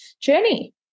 journey